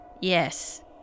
Yes